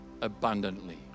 abundantly